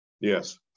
Yes